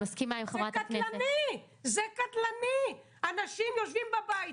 אני מסכימה עם חברת הכנסת אנשים יושבים בבית,